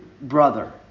brother